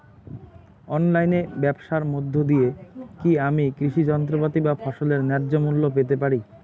অনলাইনে ব্যাবসার মধ্য দিয়ে কী আমি কৃষি যন্ত্রপাতি বা ফসলের ন্যায্য মূল্য পেতে পারি?